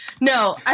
No